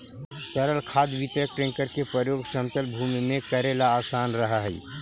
तरल खाद वितरक टेंकर के प्रयोग समतल भूमि में कऽरेला असान रहऽ हई